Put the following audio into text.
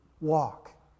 Walk